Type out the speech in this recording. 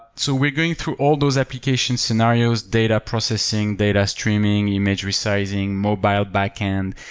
so we're going through all those application scenarios, data processing, data streaming, image resizing, mobile backend.